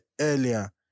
earlier